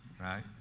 Right